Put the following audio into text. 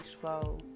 flow